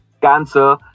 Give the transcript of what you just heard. Cancer